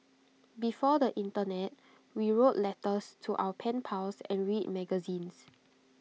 before the Internet we wrote letters to our pen pals and read magazines